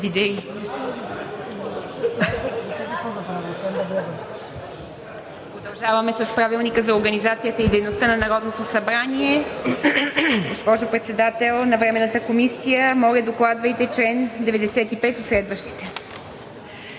Продължаваме с Правилника за организацията и дейността на Народното събрание. Госпожо Председател на Временната комисия, моля докладвайте чл. 95 и следващите.